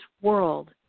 world